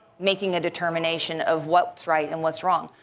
making a determination of what's right and what's wrong.